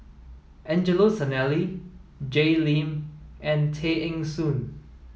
Angelo Sanelli Jay Lim and Tay Eng Soon